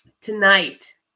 tonight